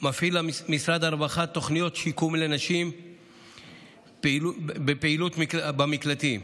מפעיל משרד הרווחה תוכניות שיקום לנשים בפעילות במקלטים.